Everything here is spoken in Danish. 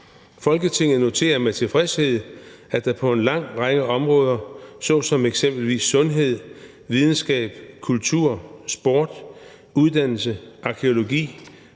Folketinget noterer med tilfredshed, at der på en lang række områder så som eksempelvis sundhed, videnskab, kultur, sport, uddannelse, arkæologi,